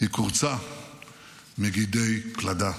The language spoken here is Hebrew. היא קורצה מגידי פלדה.